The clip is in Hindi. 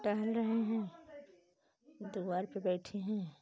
टहल रहे हैं द्वार पर बैठे हैं